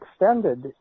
extended